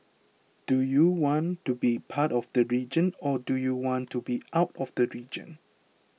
do you want to be part of the region or do you want to be out of the region